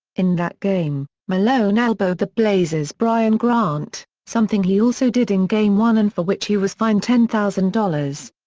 in that game, malone elbowed the blazers' brian grant, something he also did in game one and for which he was fined ten thousand dollars.